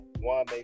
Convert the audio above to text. one